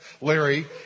Larry